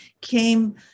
came